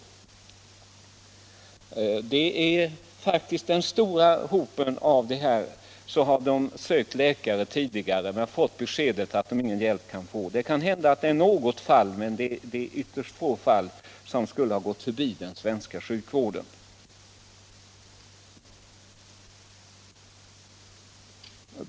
Flertalet av dem som får THX-injektioner har sökt läkare tidigare men fått beskedet att de ingen hjälp kan få. Det kan hända att ytterst få fall har gått förbi den svenska sjukvården.